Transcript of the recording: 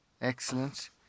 Excellent